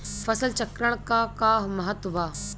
फसल चक्रण क का महत्त्व बा?